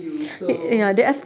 so